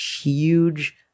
huge